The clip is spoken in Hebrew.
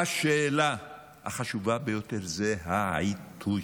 השאלה החשובה ביותר זה העיתוי.